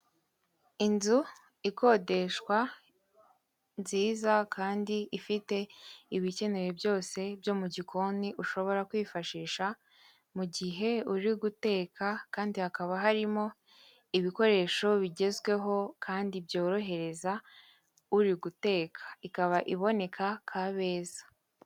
Inzu ikodeshwa nziza kandi ifite ibikenewe byose byo mu gikoni ushobora kwifashisha mu gihe uri guteka kandi hakaba harimo ibikoresho bigezweho kandi byorohereza uri guteka ikaba iboneka Kabeza.